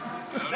אותנו.